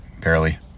barely